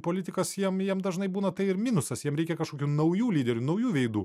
politikas jam jam dažnai būna tai ir minusas jiem reikia kažkokių naujų lyderių naujų veidų